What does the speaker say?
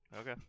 Okay